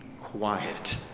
quiet